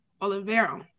Olivero